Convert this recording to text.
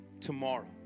tomorrow